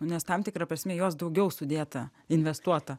nes tam tikra prasme į juos daugiau sudėta investuota